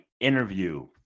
interview